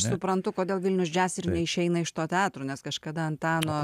suprantu kodėl vilnius jazz ir neišeina iš to teatro nes kažkada antano